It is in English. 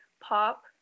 pop